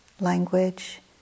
language